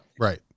Right